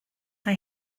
mae